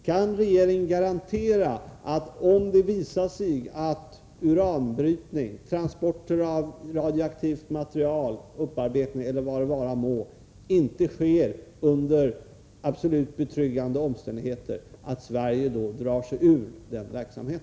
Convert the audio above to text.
Kan regeringen garantera att Sverige, om det visar sig att uranbrytning och transporter av radioaktivt material, upparbetning eller vad det vara må inte sker under absolut betryggande omständigheter, drar sig ur denna verksamhet?